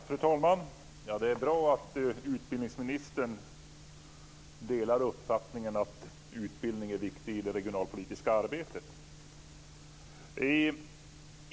Fru talman! Det är bra att utbildningsministern delar uppfattningen att utbildning är viktig i det regionalpolitiska arbetet.